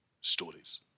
stories